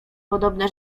podobne